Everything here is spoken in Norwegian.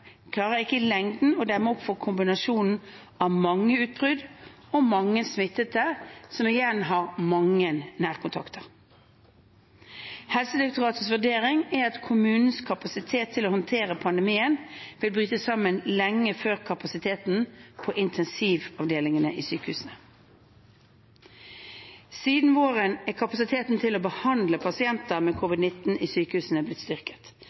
klarer ikke i lengden å demme opp for kombinasjonen av mange utbrudd og mange smittede som igjen har mange nærkontakter. Helsedirektoratets vurdering er at kommunenes kapasitet til å håndtere pandemien vil bryte sammen lenge før kapasiteten på intensivavdelingene i sykehusene. Siden våren er kapasiteten til å behandle pasienter med covid-19 i sykehusene blitt styrket.